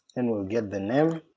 then we'll get the name,